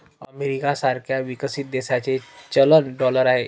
America सारख्या विकसित देशाचे चलन डॉलर आहे